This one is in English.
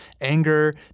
anger